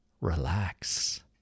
relax